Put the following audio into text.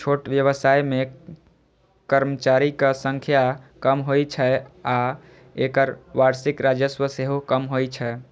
छोट व्यवसाय मे कर्मचारीक संख्या कम होइ छै आ एकर वार्षिक राजस्व सेहो कम होइ छै